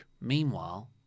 meanwhile